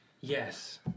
yes